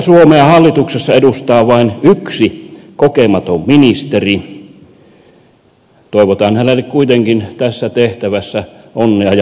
pohjoista suomea hallituksessa edustaa vain yksi kokematon ministeri toivotan hänelle kuitenkin tässä tehtävässä onnea ja menestystä